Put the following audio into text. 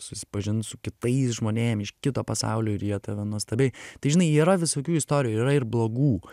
susipažint su kitais žmonėm iš kito pasaulio ir jie tave nuostabiai tai žinai yra visokių istorijų yra ir blogų